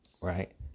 Right